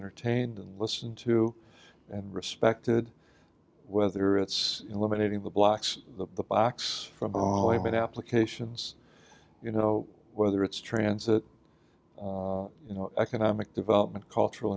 entertained and listened to and respected whether it's eliminating the blocks of the box from an applications you know whether it's transit you know economic development cultural